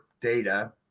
data